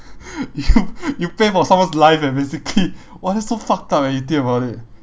you you pay for someone's life eh basically !wah! that's so fucked up eh if you think about it